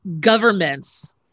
governments